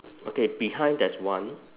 okay behind there's one